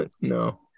no